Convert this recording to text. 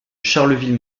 charleville